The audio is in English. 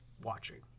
watching